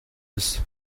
eus